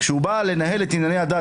כשהוא בא לנהל את ענייני הדת,